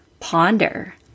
Ponder